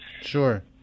Sure